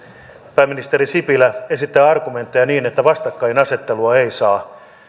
pääministeri sipilä esittää argumentteja että vastakkainasettelua ei saa